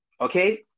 Okay